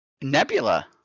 Nebula